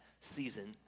season